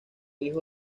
hijo